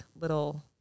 little